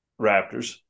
Raptors